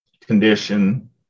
condition